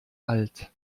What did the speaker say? alt